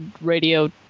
radio